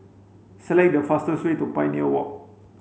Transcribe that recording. select the fastest way to Pioneer Walk